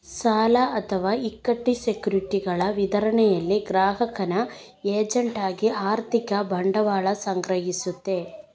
ಸಾಲ ಅಥವಾ ಇಕ್ವಿಟಿ ಸೆಕ್ಯುರಿಟಿಗಳ ವಿತರಣೆಯಲ್ಲಿ ಗ್ರಾಹಕನ ಏಜೆಂಟ್ ಆಗಿ ಆರ್ಥಿಕ ಬಂಡವಾಳ ಸಂಗ್ರಹಿಸ್ತದೆ